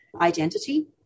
identity